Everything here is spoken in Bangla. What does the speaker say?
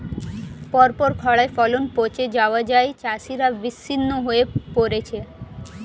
পরপর খড়ায় ফলন পচে যাওয়ায় চাষিরা বিষণ্ণ হয়ে পরেছে